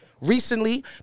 Recently